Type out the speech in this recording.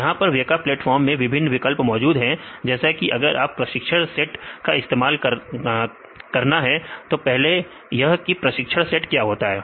यहां पर Weka platform मैं विभिन्न विकल्प मौजूद हैं जैसे कि अगर आपको प्रशिक्षण सेट का इस्तेमाल करना है तो पहले यह कि प्रशिक्षण सेट क्या होता है